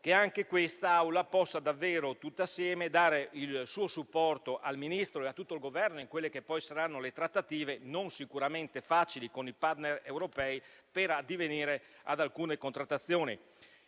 che anche quest'Aula possa davvero, tutta assieme, dare il suo supporto al Ministro e a tutto il Governo in quelle che saranno le trattative, non sicuramente facili, con i *partner* europei per addivenire ad alcune contrattazioni.